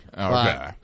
Okay